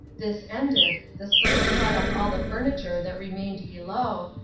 this ended, the slaves brought up all the furniture that remained below,